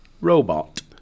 Robot